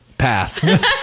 path